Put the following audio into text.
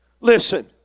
listen